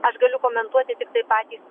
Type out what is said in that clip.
aš galiu komentuoti tiktai patį sprendimą